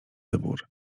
wybór